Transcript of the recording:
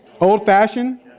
Old-fashioned